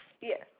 Yes